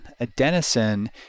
Adenosine